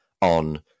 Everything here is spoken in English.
on